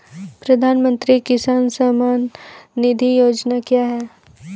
प्रधानमंत्री किसान सम्मान निधि योजना क्या है?